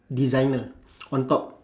designer on top